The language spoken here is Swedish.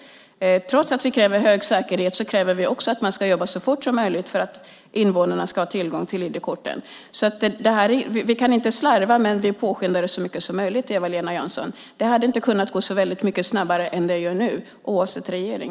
Trots att vi kräver hög säkerhet kräver vi att man ska jobba så fort som möjligt för att invånarna ska få tillgång till ID-korten. Vi kan inte slarva, men vi påskyndar det så mycket som möjligt, Eva-Lena Jansson. Det hade inte kunnat gå så väldigt mycket snabbare än det gör nu, oavsett regering.